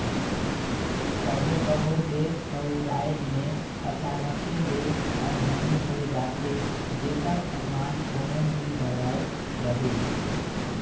कभों कभों देस अउ राएज में अचानके ले अनहोनी होए जाथे जेकर अनमान कोनो नी लगाए रहें